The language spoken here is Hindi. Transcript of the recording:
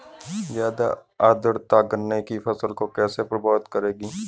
ज़्यादा आर्द्रता गन्ने की फसल को कैसे प्रभावित करेगी?